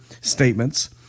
statements